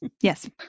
Yes